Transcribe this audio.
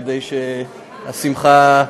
כדי שהשמחה,